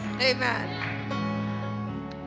amen